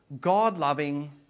God-loving